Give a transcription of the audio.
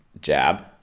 Jab